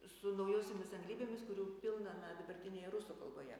su naujosiomis anglybėmis kurių pilna na dabartinėje rusų kalboje